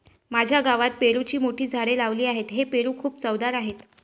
माझ्या गावात पेरूची मोठी झाडे लावली आहेत, हे पेरू खूप चवदार आहेत